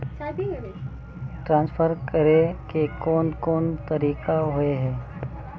Transfer करे के कोन कोन तरीका होय है?